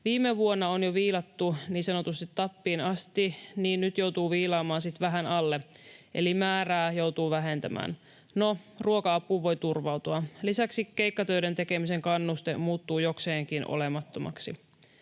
Viime vuonna on jo viilattu niin sanotusti tappiin asti, niin nyt joutuu viilaamaan sit vähän alle. Eli määrää joutuu vähentämään. No, ruoka-apuun voi turvautua. Lisäksi keikkatöiden tekemisen kannuste muuttuu jokseenkin olemattomaksi.”